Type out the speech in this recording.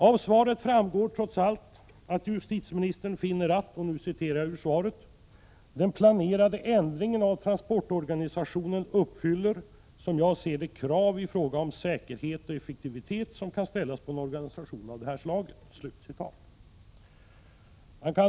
Av svaret framgår trots allt att justitieministern finner att den planerade ändringen av transportorganisationen ”uppfyller som jag ser det de krav i fråga om säkerhet och effektivitet som kan ställas på en organisation av det här slaget”. Herr talman!